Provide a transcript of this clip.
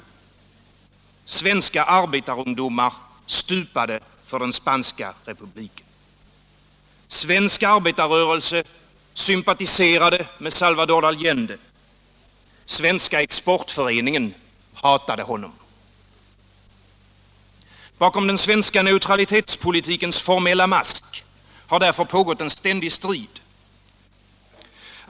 Svenska arbetarungdomar stupade för den spanska republiken. Svensk arbetarrörelse sympatiserade med Salvador Allende. Svenska exportföreningen hatade honom. Bakom den svenska neutralitetspolitikens formella mask har därför pågått en ständig strid.